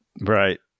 Right